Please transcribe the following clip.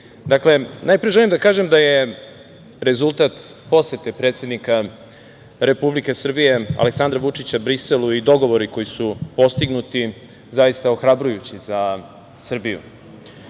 dakle, najpre želim da kažem da je rezultat posete predsednika Republike Srbije Aleksandra Vučića Briselu i dogovori koji su postignuti zaista ohrabrujući za Srbiju.U